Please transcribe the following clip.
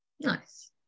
Nice